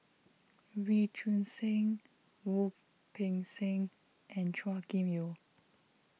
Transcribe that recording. Wee Choon Seng Wu Peng Seng and Chua Kim Yeow